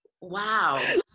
wow